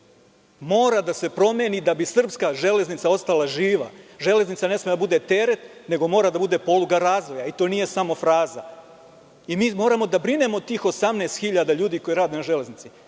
Mora da se promeni da bi srpska železnica ostala živa. Železnica ne sme da bude teret, nego mora da bude poluga razvoja i to nije samo fraza. Mi moramo da brinemo tih 18.000 ljudi koji rade na železnici.